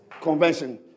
convention